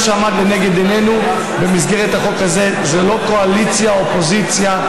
מה שעמד לנגד עינינו במסגרת החוק הזה זה לא קואליציה אופוזיציה,